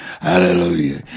hallelujah